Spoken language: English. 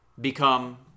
become